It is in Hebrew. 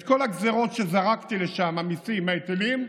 את כל הגזרות שזרקתי לשם, המיסים, ההיטלים,